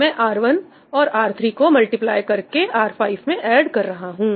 मैं R1और R3 को मल्टीप्लाई करके R5 में ऐड कर रहा हूं